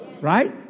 right